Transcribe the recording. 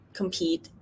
compete